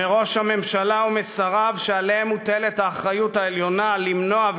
מראש הממשלה ומשריו שעליהם מוטלת האחריות העליונה למנוע,